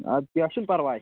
اَدٕ کیٚنٛہہ چھُنہٕ پَرواے